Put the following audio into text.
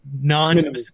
Non